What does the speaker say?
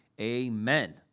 amen